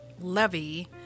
levy